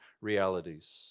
realities